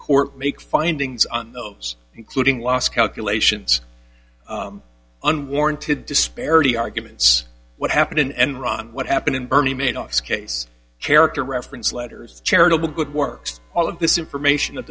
court make findings on those including loss calculations unwarranted disparity arguments what happened in enron what happened in bernie madoff's case character reference letters charitable good works all of this information th